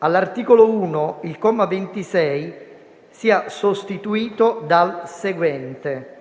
all'articolo 1, il comma 26 sia sostituito dal seguente: "26.